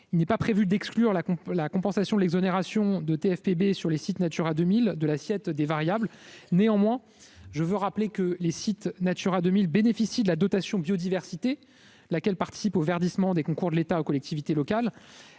Il n'est pas prévu d'exclure la compensation de l'exonération de TFPNB sur les sites Natura 2000 de l'assiette des variables. Néanmoins, je rappelle que les sites Natura 2000 bénéficient de la dotation biodiversité, laquelle participe au verdissement des concours de l'État aux collectivités locales.